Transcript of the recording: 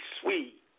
sweet